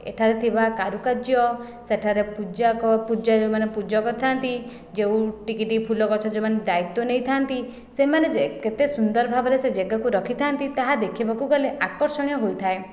ଏଠାରେ ଥିବା କାରୁକାର୍ଯ୍ୟ ସେଠାରେ ପୂଜାକ ପୂଜା ଯେଉଁମାନେ ପୂଜା କରିଥାନ୍ତି ଯେଉଁ ଟିକି ଟିକି ଫୁଲଗଛ ଯେଉଁମାନେ ଦାୟିତ୍ଵ ନେଇଥାନ୍ତି ସେମାନେ ଯେ କେତେ ସୁନ୍ଦର ଭାବରେ ସେ ଜାଗାକୁ ରଖିଥାନ୍ତି ତାହା ଦେଖିବାକୁ ଗଲେ ଆକର୍ଷଣୀୟ ହୋଇଥାଏ